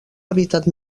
hàbitat